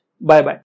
Bye-bye